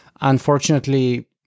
Unfortunately